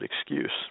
excuse